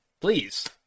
Please